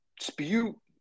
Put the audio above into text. spew